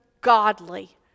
godly